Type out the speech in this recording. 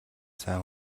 сайн